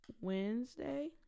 Wednesday